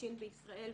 בגירושין בישראל,